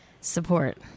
support